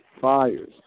fires